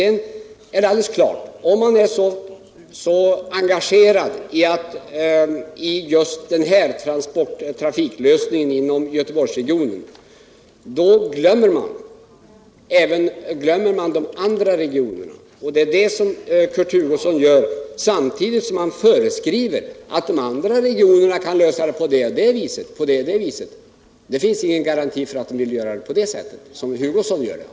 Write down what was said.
Om man är så engagerad i just trafiklösningen för Göteborgsregionen som Kurt Hugosson är, då glömmer man de andra regionerna. Och det är det Kurt Hugosson gör, samtidigt som han föreskriver att de andra regionerna skall lösa problemen på ett visst sätt. Det finns ingen garanti för att de vill ha en sådan lösning som Kurt Hugosson föreslår.